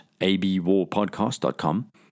abwarpodcast.com